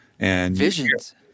Visions